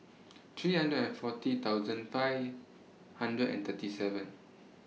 three hundred and forty thousand five hundred and thirty seven